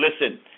listen